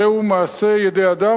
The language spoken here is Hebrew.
זהו מעשה ידי אדם,